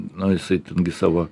no jisai gi savo